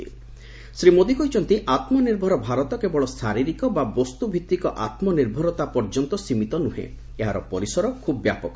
ସେ କହିଛନ୍ତି ଶ୍ରୀ ମୋଦି କହିଛନ୍ତି ଆତ୍କନିର୍ଭର ଭାରତ କେବଳ ଶାରୀରିକ ବା ବସ୍ତୁଭିତ୍ତିକ ଆତ୍କନିର୍ଭରତା ପର୍ଯ୍ୟନ୍ତ ସୀମିତ ନୁହେଁ ଏହାର ପରିସର ଖୁବ୍ ବ୍ୟାପକ